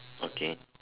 okay